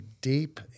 deep